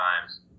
times